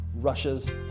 Russia's